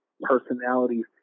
personalities